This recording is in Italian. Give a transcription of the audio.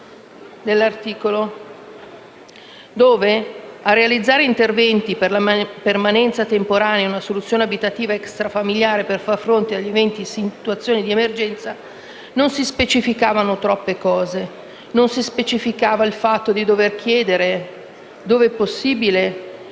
del comma 1 prevede la realizzazione di interventi per la permanenza temporanea in una soluzione abitativa extrafamiliare per far fronte ad eventuali situazioni di emergenza. Non si specificavano troppe cose e non si precisava il fatto di dover chiedere, dove possibile,